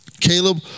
Caleb